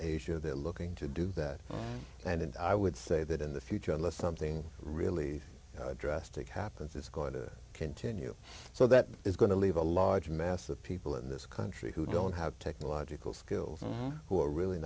asia they're looking to do that and i would say that in the future unless something really drastic happens it's going to continue so that is going to leave a large mass of people in this country who don't have technological skills and who are really